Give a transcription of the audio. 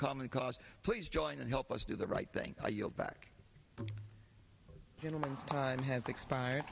common cause please join and help us do the right thing i yield back gentleman's time has expired